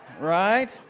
right